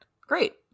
Great